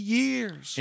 years